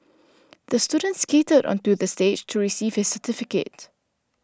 the student skated onto the stage to receive his certificate